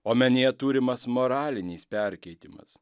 omenyje turimas moralinis perkeitimas